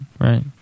right